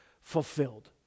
fulfilled